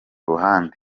ruhande